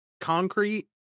concrete